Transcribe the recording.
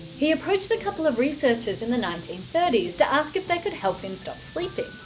he approached a couple of researchers in the nineteen thirty s to ask if they could help him stop sleeping.